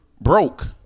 broke